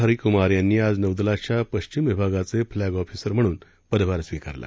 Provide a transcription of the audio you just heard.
हरी कुमार यांनी आज नौदलाच्या पश्विम विभागाचे फ्लॅग ऑफिसर म्हणून पदभार स्वीकारला